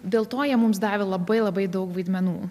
dėl to jie mums davė labai labai daug vaidmenų